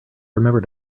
remember